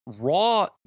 raw